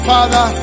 Father